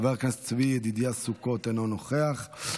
תודה רבה.